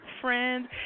friends